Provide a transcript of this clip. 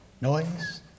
noise